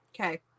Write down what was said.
Okay